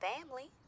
family